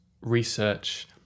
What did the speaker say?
research